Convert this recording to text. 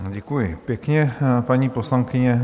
Děkuji pěkně, paní poslankyně.